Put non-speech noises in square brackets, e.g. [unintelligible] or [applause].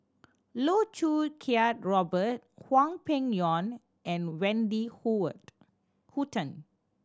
Loh Choo Kiat Robert Hwang Peng Yuan and Wendy [unintelligible] Hutton